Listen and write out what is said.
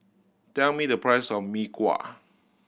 tell me the price of Mee Kuah